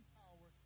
power